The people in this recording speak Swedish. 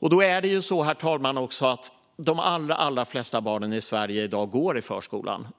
Herr talman! De allra flesta barn i Sverige går i förskolan i dag.